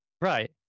Right